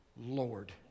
Lord